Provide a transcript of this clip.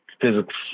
physics